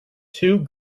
two